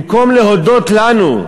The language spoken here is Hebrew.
במקום להודות לנו,